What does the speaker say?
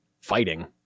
fighting